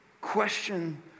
question